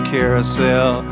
Carousel